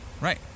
right